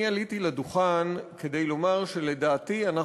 אני עליתי לדוכן כדי לומר שלדעתי אנחנו